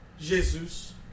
Jesus